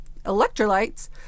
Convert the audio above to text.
electrolytes